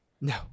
No